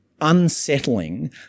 unsettling